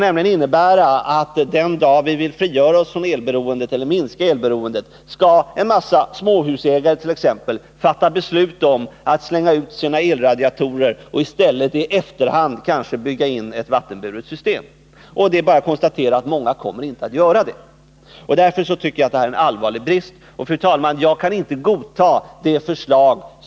Den dag vi försöker frigöra oss från eller minska elberoendet måste exempelvis en mängd småhusägare ta ställning till om de skall slänga ut sina elradiatorer för att kanske i stället i efterhand bygga in ett vattenburet system. Det är bara att konstatera att många inte kommer att göra det. Därför innehåller, fru talman, utskottets förslag på den här punkten allvarliga brister.